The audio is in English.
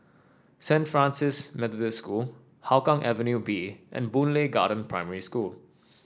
Saint Francis Methodist School Hougang Avenue B and Boon Lay Garden Primary School